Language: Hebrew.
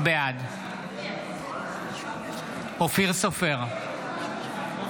בעד אופיר סופר,